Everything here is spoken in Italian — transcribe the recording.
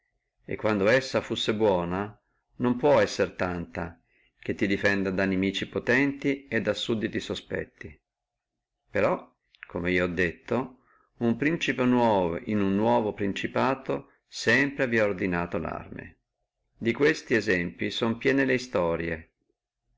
e quando la fussi buona non può essere tanta che ti difenda da nimici potenti e da sudditi sospetti però come io ho detto uno principe nuovo in uno principato nuovo sempre vi ha ordinato larme di questi esempli sono piene le istorie